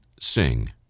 sing